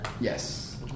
Yes